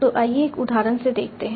तो आइए एक उदाहरण से देखते हैं